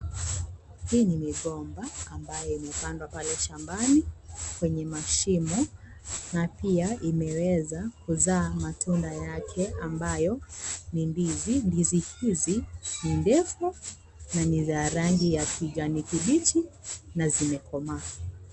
Hii ni migomba, ambayo imepandwa pale shambani, kwenye mashimo, na pia, imeweza kuzaa matunda yake ambayo ni ndizi. Ndizi hizi ni ndefu, na ni za rangi ya kijani kibichi, na zimekomaa.